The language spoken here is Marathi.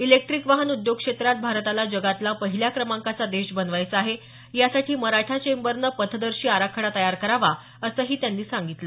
इलेक्ट्रिक वाहन उद्योग क्षेत्रात भारताला जगातला पहिल्या क्रमांकाचा देश बनवायचं आहे यासाठी मराठा चेम्बरन पथदर्शी आराखडा तयार करावा असही त्यानी सांगितल